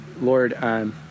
Lord